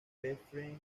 best